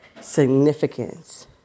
significance